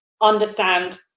understand